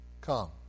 come